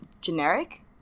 generic